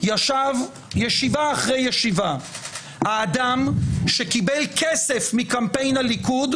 ישב ישיבה אחרי ישיבה האדם שקיבל כסף מקמפיין הליכוד,